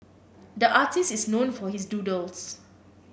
the artist is known for his doodles